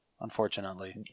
Unfortunately